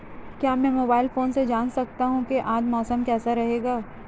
क्या मैं mobile phone से जान सकता हूँ कि आज मौसम कैसा रहेगा?